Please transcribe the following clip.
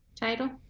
title